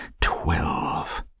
Twelve